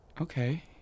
Okay